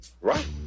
Right